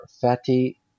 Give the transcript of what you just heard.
fatty